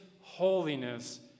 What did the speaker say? holiness